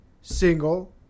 single